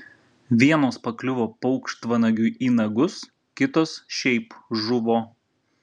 vienos pakliuvo paukštvanagiui į nagus kitos šiaip žuvo